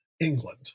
England